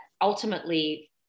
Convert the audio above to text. ultimately